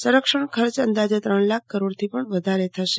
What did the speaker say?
સંરક્ષણ ખર્ચ અંદાજે ત્રણ લાખ કરોડથી પણ વધારે થશે